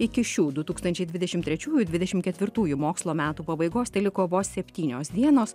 iki šių du tūkstančiai dvidešim trečiųjų dvidešim ketvirtųjų mokslo metų pabaigos teliko vos septynios dienos